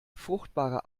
fruchtbare